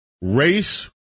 Race